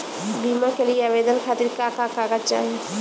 बीमा के लिए आवेदन खातिर का का कागज चाहि?